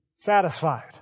Satisfied